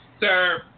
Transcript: Sir